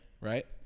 right